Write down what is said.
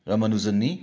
ꯔꯥꯃꯅꯨꯖꯟ ꯅꯤ